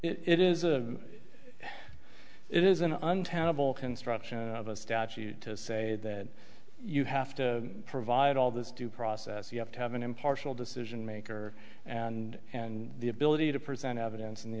it is a it is an untenable construction of a statute to say that you have to provide all this due process you have to have an impartial decision maker and and the ability to present evidence and the